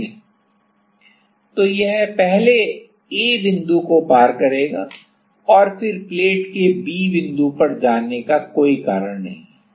ठीक है तो यह पहले A बिंदु को पार करेगा और फिर प्लेट के B बिंदु पर जाने का कोई कारण नहीं है